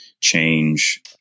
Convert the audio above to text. change